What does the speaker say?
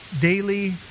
daily